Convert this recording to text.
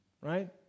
right